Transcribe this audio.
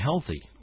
healthy